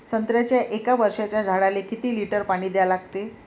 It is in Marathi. संत्र्याच्या एक वर्षाच्या झाडाले किती लिटर पाणी द्या लागते?